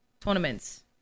tournaments